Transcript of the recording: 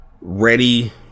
ready